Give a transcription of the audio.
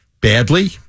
badly